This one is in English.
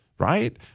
Right